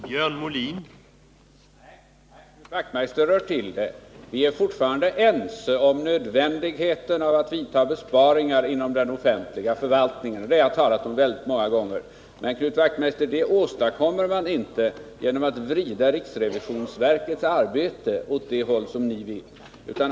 Herr talman! Nej, Knut Wachtmeister rör till det för sig. Vi är fortfarande eniga om nödvändigheten av att vidta besparingar inom den offentliga förvaltningen. Det har jag talat om väldigt många gånger. Men, Knut Wachtmeister, det åstadkommer man inte genom att vrida riksrevisionsverkets arbete åt det håll som ni vill.